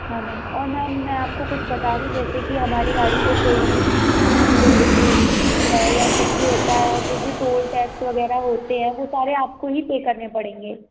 हाँ मैम और मैम मैं आपको कुछ बता दूँ जैसे कि हमारी गाड़ी से कोई भी कोई भी टूटती है या कुछ भी होता है और जो भी टोल टैक्स वगैरह होते हैं वह सारे आपको ही पे करने पड़ेंगे